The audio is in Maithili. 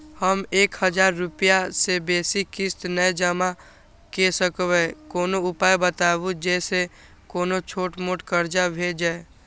हम एक हजार रूपया से बेसी किस्त नय जमा के सकबे कोनो उपाय बताबु जै से कोनो छोट मोट कर्जा भे जै?